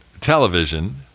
television